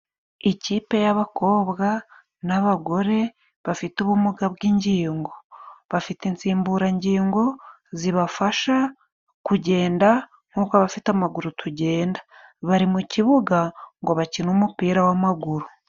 Ikipe y'abakobwa n'abagore bafite ubumuga bw'ingingo, bafite insimburangingo zibafasha kugenda nkuko abafite amaguru tugenda, bari mu kibuga ngo bakine umupira w'amaguru.